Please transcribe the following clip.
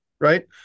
right